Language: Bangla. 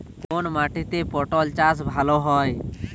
কোন মাটিতে পটল চাষ ভালো হবে?